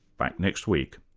back next week